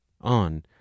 On